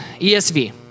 ESV